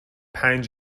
پنج